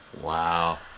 Wow